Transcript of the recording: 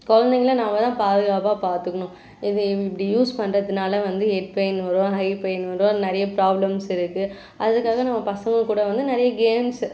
குலந்தைங்கள நாம் தான் பாதுகாப்பாக பார்த்துக்குணும் இதை இப்படி யூஸ் பண்ணுறதுனால வந்து ஹெட் பெயின் வரும் ஐ பெயின் வரும் நிறைய ப்ராப்ளம்ஸ் இருக்குது அதுக்காக நம்ம பசங்கள் கூட வந்து நிறைய கேம்ஸு